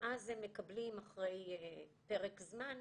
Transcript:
ואז מקבלים אחרי פרק זמן,